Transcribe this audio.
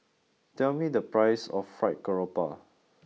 tell me the price of fried Garoupa